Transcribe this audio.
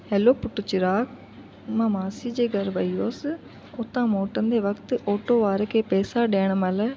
हलो पुट चिराग मां मासी जे घर वयी हुअसि उतां मोटंदे वक़्ति ऑटो वारे खे पैसा ॾियण महिल